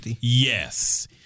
Yes